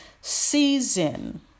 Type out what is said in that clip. season